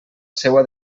seua